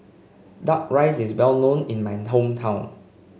duck rice is well known in my hometown